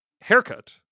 haircut